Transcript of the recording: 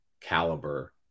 caliber